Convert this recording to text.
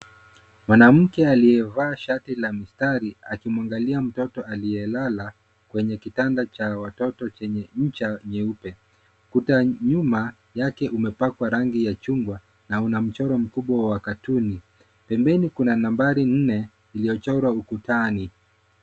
Mwanamke aliyevaa shati la mistari, akimwangalia mtoto aliyelala kwenye kitanda cha watoto chenye ncha nyeupe. Kuta nyuma yake, umepakwa rangi ya chungwa na una mchoro mkubwa wa katuni. Pembeni, kuna nambari nne iliyochora ukutani.